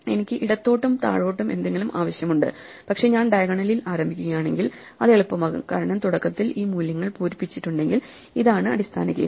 എനിക്ക് ഇടത്തോട്ടും താഴോട്ടും എന്തെങ്കിലും ആവശ്യമുണ്ട് പക്ഷേ ഞാൻ ഡയഗണലിൽ ആരംഭിക്കുകയാണെങ്കിൽ അത് എളുപ്പമാകും കാരണം തുടക്കത്തിൽ ഈ മൂല്യങ്ങൾ പൂരിപ്പിച്ചിട്ടുണ്ടെങ്കിൽ ഇതാണ് അടിസ്ഥാന കേസ്